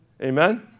Amen